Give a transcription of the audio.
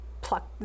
pluck